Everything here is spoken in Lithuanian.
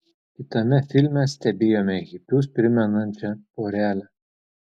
kitame filme stebėjome hipius primenančią porelę